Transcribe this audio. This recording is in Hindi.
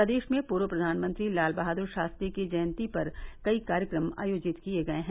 प्रदेश में पूर्व प्रधानमंत्री लाल बहादुर शास्त्री की जयंती पर कई कार्यक्रम आयोजित किए गए हैं